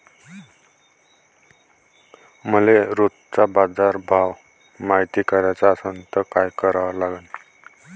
मले रोजचा बाजारभव मायती कराचा असन त काय करा लागन?